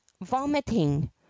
vomiting